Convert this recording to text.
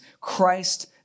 Christ